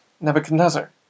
Nebuchadnezzar